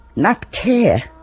not care